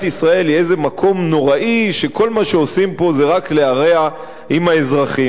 ישראל היא איזה מקום נוראי שכל מה שעושים פה זה רק להרע עם האזרחים.